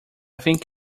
think